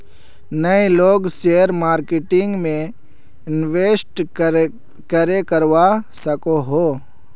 नय लोग share marketing में इंवेस्ट करे करवा सकोहो?